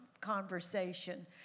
conversation